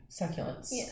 succulents